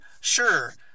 Sure